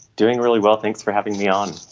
doing really well. thanks for having me on.